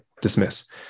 dismiss